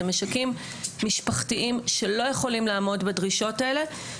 זה משקים משפחתיים שלא יכולים לעמוד בדרישות האלה.